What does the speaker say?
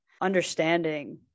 understanding